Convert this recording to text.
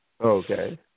Okay